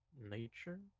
Nature